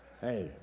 Hey